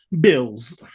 bills